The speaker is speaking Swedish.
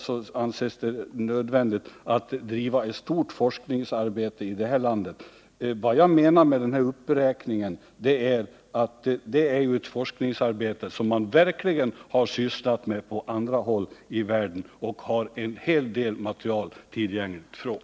skulle vara nödvändigt att bedriva ett stort forskningsarbete i vårt land. Jag menar med den här uppräkningen att man verkligen har sysslat med forskningsarbete på andra håll i världen och att det finns en hel del material tillgängligt från det.